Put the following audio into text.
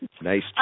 Nice